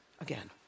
Again